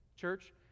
Church